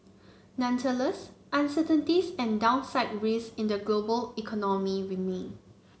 nonetheless uncertainties and downside risks in the global economy remain